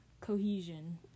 cohesion